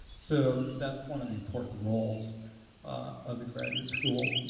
so that's one of the important roles of the graduate school.